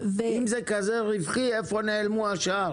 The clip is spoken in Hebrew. אצלך, איזה חשבון יש לו.